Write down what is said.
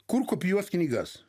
kur kopijuot knygas